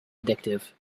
addictive